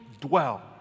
dwell